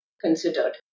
considered